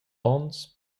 onns